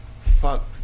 fuck